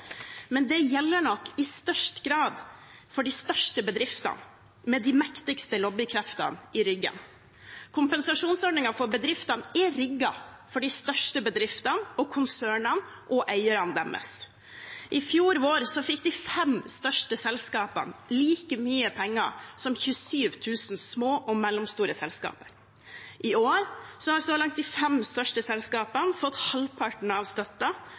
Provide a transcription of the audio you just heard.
Men det gjelder nok i størst grad for de største bedriftene med de mektigste lobbykreftene i ryggen. Kompensasjonsordningen for bedriftene er rigget for de største bedriftene og konsernene og eierne deres. I fjor vår fikk de fem største selskapene like mye penger som 27 000 små og mellomstore selskaper. I år har så langt de fem største selskapene fått halvparten av